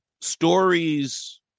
stories